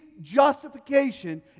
justification